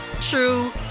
true